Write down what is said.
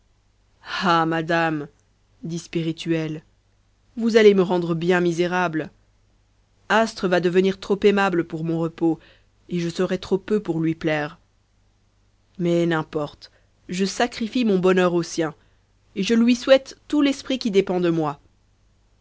ah madame dit sprituel vous allez me rendre bien misérable astre va devenir trop aimable pour mon repos et je serais trop peu pour lui plaire mais n'importe et je lui souhaite tout l'esprit qui dépend de moi